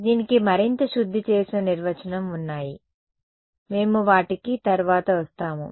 దీనికి మరింత శుద్ధి చేసిన నిర్వచనం ఉన్నాయి మేము వాటికి తరువాత వస్తాము